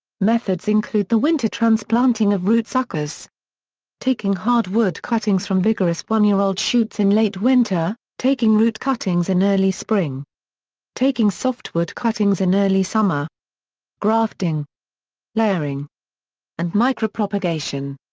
methods include the winter transplanting of root-suckers taking hardwood cuttings from vigorous one-year-old shoots in late winter, taking root-cuttings in early spring taking softwood cuttings in early summer grafting layering and micropropagation.